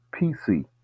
PC